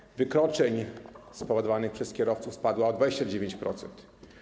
Liczba wykroczeń spowodowanych przez kierowców spadła o 29%.